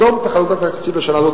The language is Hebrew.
בתום חלוקת התקציב לשנת הזאת,